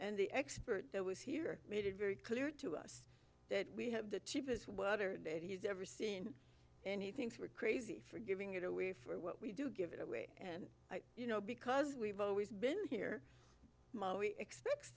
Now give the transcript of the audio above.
and the expert that was here made it very clear to us that we have the cheapest water he's ever seen and he thinks we're crazy for giving it away for what we do give it away and you know because we've always been here expects